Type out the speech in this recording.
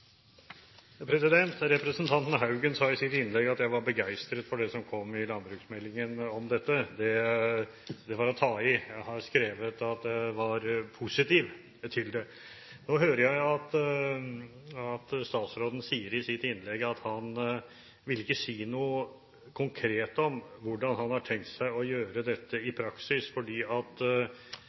sitt innlegg at jeg var «begeistret» for det som kom i landbruksmeldingen om dette. Det var å ta i. Jeg har skrevet at jeg var positiv til det. Nå hører jeg at statsråden sier i sitt innlegg at han ikke vil si noe konkret om hvordan han har tenkt å gjøre dette i praksis, fordi meldingen er til behandling i komiteen. Da er egentlig spørsmålet mitt: Forventer statsråden at